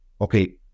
okay